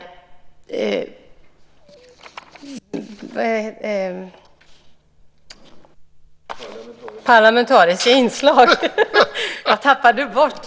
: Det parlamentariska inslaget!) Det parlamentariska inslaget, ja! Jag tappade bort ordet.